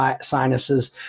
sinuses